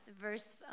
verse